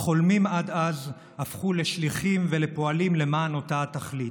החולמים עד אז הפכו לשליחים ולפועלים למען אותה התכלית.